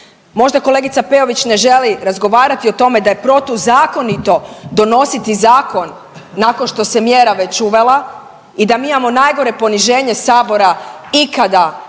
Možda kolegica Peović ne želi razgovarati o tome da je protuzakonito donositi zakon nakon što se mjera već uvela i da mi imamo najniže poniženje sabora ikada